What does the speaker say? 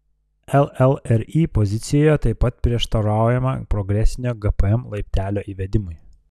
llri pozicijoje taip pat prieštaraujama progresinio gpm laiptelio įvedimui